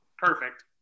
Perfect